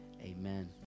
amen